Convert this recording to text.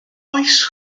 oes